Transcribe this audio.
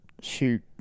shoot